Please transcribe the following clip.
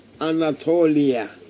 Anatolia